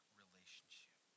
relationship